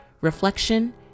reflection